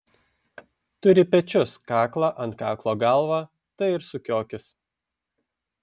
turi pečius kaklą ant kaklo galvą tai ir sukiokis